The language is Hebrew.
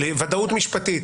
ודאות משפטית.